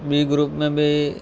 ॿी ग्रुप में बि